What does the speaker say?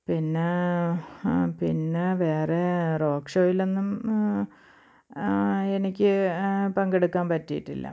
പിന്നെ പിന്നെ വേറെ റോക്ക് ഷോയിലൊന്നും എനിക്ക് പങ്കെടുക്കാൻ പറ്റിയിട്ടില്ല